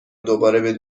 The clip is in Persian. دوباره